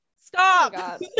Stop